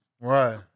Right